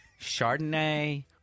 Chardonnay